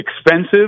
expensive